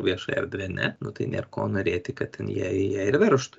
vieša erdve ne nu tai nėr ko norėti kad ten jie jie ir veržtų